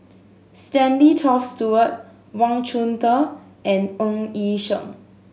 Stanley Toft Stewart Wang Chunde and Ng Yi Sheng